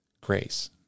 grace